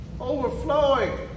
Overflowing